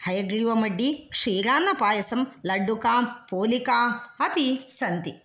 हयग्रीवमड्डि क्षीरान्नपायसं लड्डुकाम् पोलिका अपि सन्ति